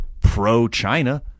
pro-China